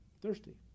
Thirsty